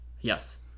Yes